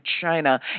China